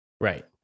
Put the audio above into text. Right